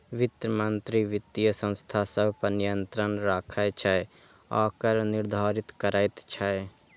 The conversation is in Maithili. वित्त मंत्री वित्तीय संस्था सभ पर नियंत्रण राखै छै आ कर निर्धारित करैत छै